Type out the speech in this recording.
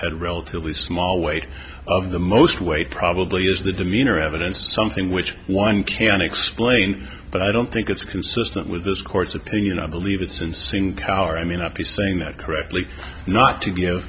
had relatively small weight of the most weight probably is the demeanor evidence is something which one can explain but i don't think it's consistent with this court's opinion i believe it's in sync our i may not be saying that correctly not to give